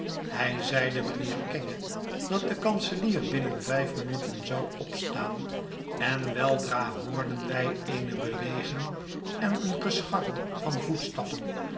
hij zeide mijnheer kenge dat de kanselier binnen vijf minuten zou opstaan en weldra hoorden wij eene beweging en een gescharrel van voetstappen